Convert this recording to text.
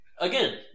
Again